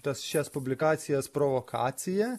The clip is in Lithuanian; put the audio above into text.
tas šias publikacijas provokacija